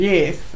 Yes